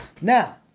Now